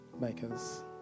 makers